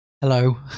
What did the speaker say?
hello